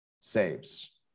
saves